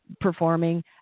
performing